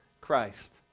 Christ